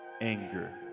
anger